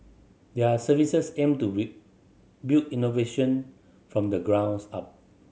their services aim to build innovation from the grounds up